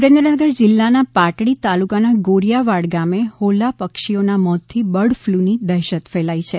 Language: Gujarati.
સુરેન્દ્રનગર જિલ્લાના પાટડી તાલુકાના ગોરીયાવાડ ગામે હોલા પક્ષીઓના મોતથી બર્ડફ્લુની દહેશત ફેલાઈ છે